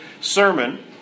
sermon